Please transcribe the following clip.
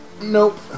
Nope